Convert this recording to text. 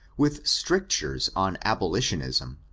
with strictures on abolitionism,